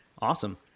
Awesome